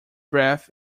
breath